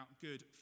good